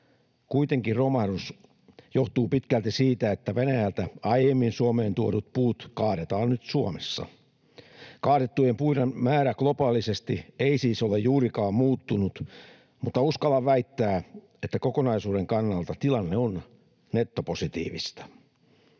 Kuitenkin romahdus johtuu pitkälti siitä, että Venäjältä aiemmin Suomeen tuodut puut kaadetaan nyt Suomessa. Kaadettujen puiden määrä globaalisti ei siis ole juurikaan muuttunut. Mutta uskallan väittää, että kokonaisuuden kannalta tilanne on nettopositiivinen.